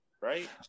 right